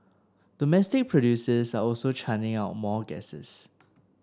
domestic producers are also churning out more gases